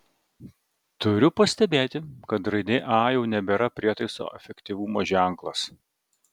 turiu pastebėti kad raidė a jau nebėra prietaiso efektyvumo ženklas